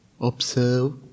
observe